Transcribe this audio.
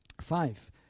five